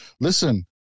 listen